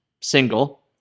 single